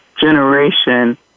generation